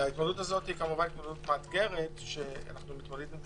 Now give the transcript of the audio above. ההתמודדות הזאת היא כמובן התמודדות מאתגרת שאנחנו מתמודדים איתה